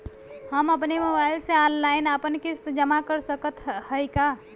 हम अपने मोबाइल से ऑनलाइन आपन किस्त जमा कर सकत हई का?